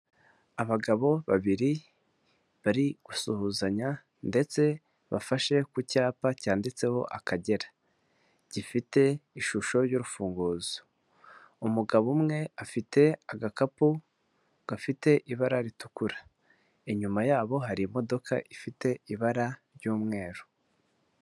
Abagabo babiri bari gusuhuzanya ndetse bafashe ku cyapa cyanditseho Akagera gifite ishusho y'urufunguzo, umugabo umwe afite agakapu gafite ibara ritukura, inyuma yabo hari imodoka ifite ibara ry'umweru.